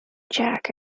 jack